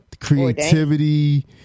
creativity